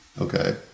Okay